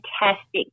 fantastic